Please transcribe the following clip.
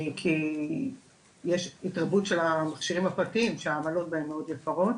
כי יש התרבות של המכשירים הפרטיים שהעמלות בהן מאוד יקרות.